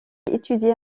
étudié